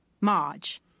Marge